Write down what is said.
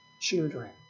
children